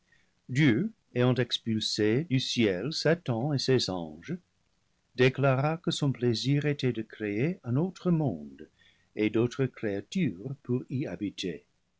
dieu ayant expulsé du ciel satan et ses anges déclara que son plaisir était de créer un autre monde et d'autres créatures pour y habiter